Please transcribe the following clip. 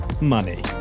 Money